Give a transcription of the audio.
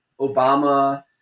Obama